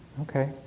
Okay